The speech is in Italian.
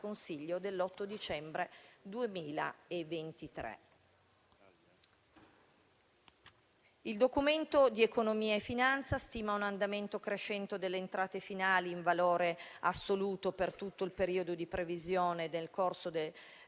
Consiglio dell'8 dicembre 2023. Il Documento di economia e finanza stima un andamento crescente delle entrate finali in valore assoluto per tutto il periodo di previsione, nel corso del